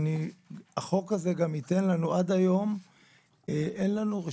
החוק הזה ייתן לנו את מה שעד היום אין לנו,